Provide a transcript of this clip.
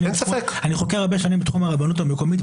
אני חוקר הרבה שנים את תחום הרבנות המקומית,